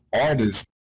artists